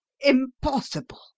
Impossible